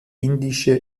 indische